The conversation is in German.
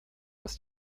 ist